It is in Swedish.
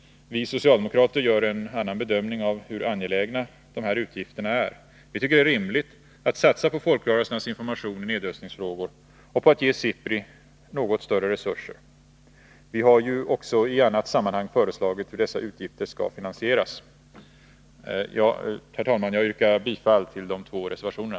Vi socialdemokrater gör en annan bedömning av hur angelägna de här utgifterna är. Vi tycker att det är rimligt att satsa på folkrörelsernas information i nedrustningsfrågorna och på att ge SIPRI något större resurser. Vi har ju också i annat sammanhang föreslagit hur dessa utgifter skall finansieras. Herr talman! Jag yrkar bifall till de två reservationerna.